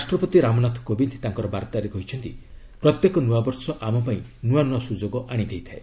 ରାଷ୍ଟ୍ରପତି ରାମନାଥ କୋବିନ୍ଦ ତାଙ୍କ ବାର୍ଭାରେ କହିଛନ୍ତି ପ୍ରତ୍ୟେକ ନୂଆବର୍ଷ ଆମପାଇଁ ନୂଆ ନୂଆ ସୁଯୋଗ ଆଣି ଦେଇଥାଏ